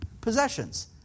possessions